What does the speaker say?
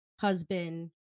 husband